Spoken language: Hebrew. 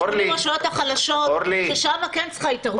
אלה 80 רשויות החלשות ששם כן צריכה התערבות.